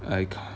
I ca~